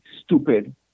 stupid